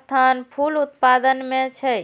स्थान फूल उत्पादन मे छै